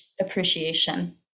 appreciation